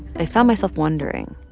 i found myself wondering,